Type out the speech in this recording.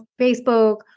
Facebook